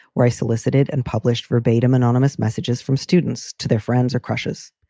where i solicited and published verbatim anonymous messages from students to their friends or crushes.